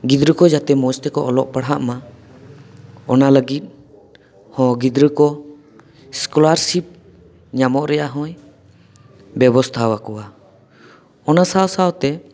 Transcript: ᱜᱤᱫᱽᱨᱟᱹ ᱠᱚ ᱡᱟᱛᱮ ᱢᱚᱸᱡᱽ ᱛᱮᱠᱚ ᱚᱞᱚᱜ ᱯᱟᱲᱦᱟᱜᱼᱢᱟ ᱚᱱᱟ ᱞᱟᱹᱜᱤᱫᱦᱚᱸ ᱜᱤᱫᱽᱨᱟᱹ ᱠᱚ ᱥᱠᱚᱞᱟᱨᱥᱤᱯ ᱧᱟᱢᱚᱜ ᱨᱮᱭᱟᱜ ᱦᱚᱸᱭ ᱵᱮᱵᱚᱥᱛᱟ ᱟᱠᱚᱣᱟ ᱚᱱᱟ ᱥᱟᱶ ᱥᱟᱶᱛᱮ